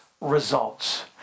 results